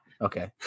Okay